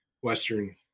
Western